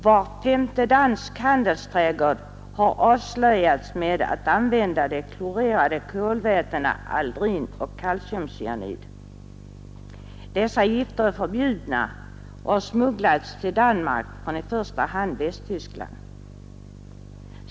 Var femte dansk handelsträdgård har avslöjats med att använda de klorerade kolvätena aldrin och kalciumcyanid. Dessa gifter är förbjudna och har smugglats till Danmark från i första hand Västtyskland.